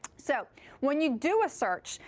so when you do a search,